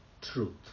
truth